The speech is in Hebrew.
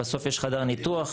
בסוף יש חדר ניתוח,